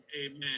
Amen